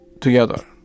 together